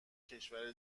کشور